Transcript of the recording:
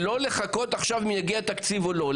לא לחכות עכשיו אם יגיע תקציב או לא.